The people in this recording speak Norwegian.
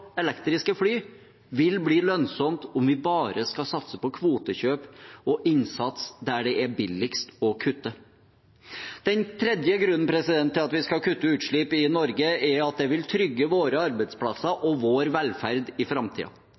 elektriske fly, vil ikke bli lønnsomt om vi bare skal satse på kvotekjøp og innsats der det er billigst å kutte. Den tredje grunnen til at vi skal kutte utslippene i Norge, er at det vil trygge våre arbeidsplasser og vår velferd i